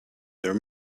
there